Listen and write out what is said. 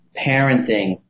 parenting